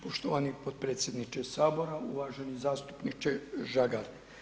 Poštovani potpredsjedniče Sabora, uvaženi zastupniče Žagar.